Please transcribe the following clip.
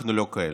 אנחנו לא כאלה.